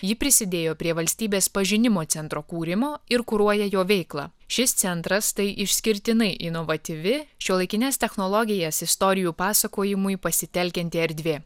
ji prisidėjo prie valstybės pažinimo centro kūrimo ir kuruoja jo veiklą šis centras tai išskirtinai inovatyvi šiuolaikines technologijas istorijų pasakojimui pasitelkianti erdvė